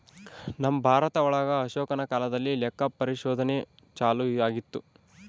ನಮ್ ಭಾರತ ಒಳಗ ಅಶೋಕನ ಕಾಲದಲ್ಲಿ ಲೆಕ್ಕ ಪರಿಶೋಧನೆ ಚಾಲೂ ಆಗಿತ್ತು